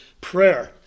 prayer